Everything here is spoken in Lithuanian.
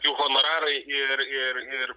jų honorarai ir ir ir